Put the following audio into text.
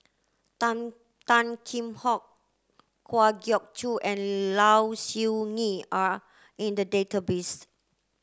Tan Tan Kheam Hock Kwa Geok Choo and Low Siew Nghee are in the database